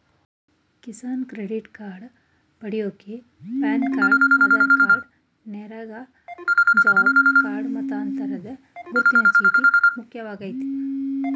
Kisan credit card ಪಡ್ಯೋಕೆ PAN card Aadhaar card NREGA job card ಮತದಾರರ ಗುರುತಿನ ಚೀಟಿ ಮುಖ್ಯವಾಗಯ್ತೆ